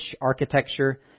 architecture